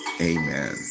amen